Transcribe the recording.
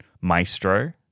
maestro